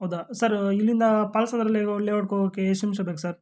ಹೌದಾ ಸರ್ ಇಲ್ಲಿಂದ ಪಾಲ್ಸಂದ್ರ ಲೇಔಟ್ಗೆ ಹೋಗೋಕ್ಕೆ ಎಷ್ಟು ನಿಮಿಷ ಬೇಕು ಸರ್